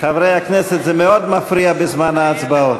חברי הכנסת, זה מאוד מפריע בזמן ההצבעות.